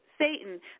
Satan